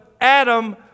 Adam